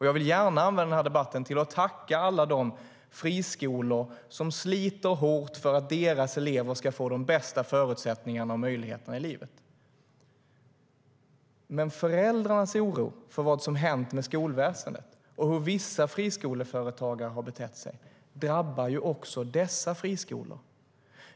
Jag vill gärna använda den här debatten till att tacka alla de friskolor som sliter hårt för att deras elever ska få de bästa förutsättningarna och möjligheterna i livet. Men föräldrarnas oro för vad som hänt med skolväsendet och hur vissa friskoleföretag har betett sig drabbar också dessa friskolor.